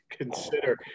consider